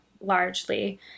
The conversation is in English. largely